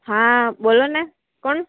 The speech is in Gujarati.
હા બોલોને કોણ